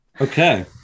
Okay